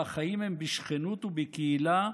והחיים הם בשכנות ובקהילה,